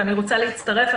ואני רוצה להצטרף.